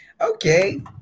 Okay